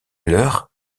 leur